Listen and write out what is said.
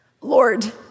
Lord